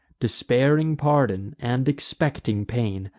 despairing pardon, and expecting pain.